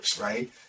right